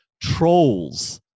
trolls